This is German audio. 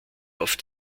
auf